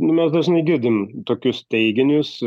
nu mes dažnai girdim tokius teiginius